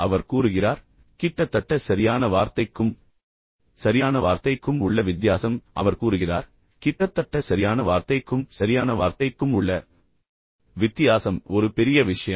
அவர் கூறுகிறார் கிட்டத்தட்ட சரியான வார்த்தைக்கும் சரியான வார்த்தைக்கும் உள்ள வித்தியாசம் அவர் கூறுகிறார் கிட்டத்தட்ட சரியான வார்த்தைக்கும் சரியான வார்த்தைக்கும் உள்ள வித்தியாசம் உண்மையில் ஒரு பெரிய விஷயம்